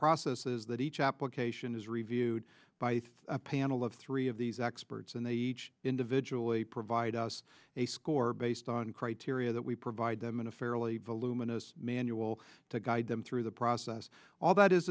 process is that each application is reviewed by a panel of three of these experts and they each individually provide us a score based on criteria that we provide them in a fairly voluminous manual to guide them through the process all that